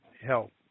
help